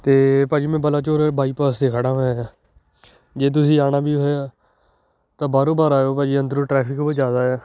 ਅਤੇ ਭਾਅ ਜੀ ਮੈਂ ਬਲਾਚੋਰ ਬਾਈਪਾਸ 'ਤੇ ਖੜ੍ਹਾ ਹੋਇਆ ਜੇ ਤੁਸੀਂ ਆਉਣਾ ਵੀ ਹੋਇਆ ਤਾਂ ਬਾਹਰੋਂ ਬਾਹਰ ਆਇਓ ਭਾਅ ਜੀ ਅੰਦਰੋਂ ਟਰੈਫਿਕ ਕੁਝ ਜ਼ਿਆਦਾ ਆ